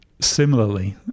Similarly